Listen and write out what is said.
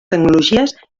tecnologies